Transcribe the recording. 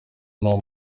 n’uwo